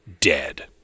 dead